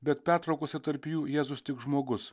bet pertraukose tarp jų jėzus tik žmogus